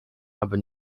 aby